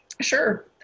Sure